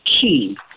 key